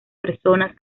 personas